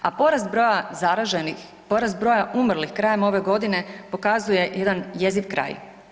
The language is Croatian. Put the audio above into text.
A porast broja zaraženih, porast broja umrlih krajem ove godine pokazuje jedan jeziv kraj.